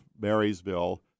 Marysville